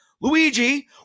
Luigi